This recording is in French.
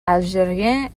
algériens